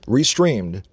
Restreamed